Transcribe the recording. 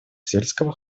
сельского